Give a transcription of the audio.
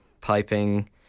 piping